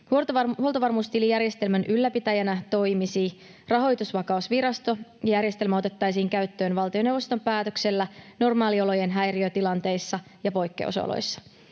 Huoltovarmuustilijärjestelmän ylläpitäjänä toimisi Rahoitusvakausvirasto. Järjestelmä otettaisiin käyttöön valtioneuvoston päätöksellä normaaliolojen häiriötilanteissa ja poikkeusoloissa.